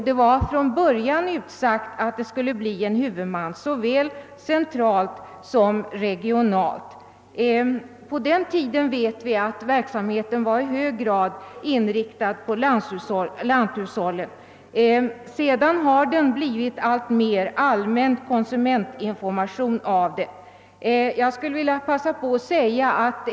Det var från början utsagt att man slutligt skulle få en annan huvudman såväl centralt som regionalt. På den tiden var verksamheten, som vi vet, i hög grad inriktad på lanthushållen. Sedan har det blivit alltmer allmän konsumentinformation av den.